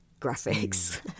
graphics